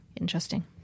interesting